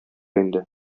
инде